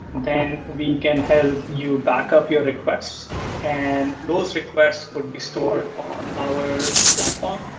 then we can help you back up your requests and those requests would be stored on our platform.